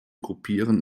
kopieren